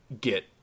get